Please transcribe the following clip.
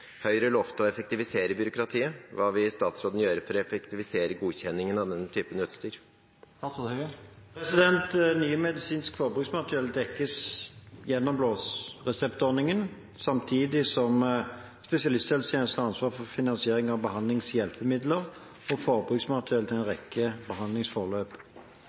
Høyre lovte å effektivisere byråkratiet. Hva vil statsråden gjøre for å effektivisere godkjenning for denne typen utstyr?» Mye medisinsk forbruksmateriell dekkes gjennom blåreseptordningen, samtidig som spesialisthelsetjenesten har ansvar for finansiering av behandlingshjelpemidler og forbruksmateriell til en rekke behandlingsforløp.